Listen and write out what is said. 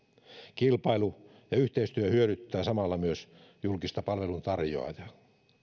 kilpailu ja yhteistyö hyödyttävät samalla myös julkista palveluntarjoajaa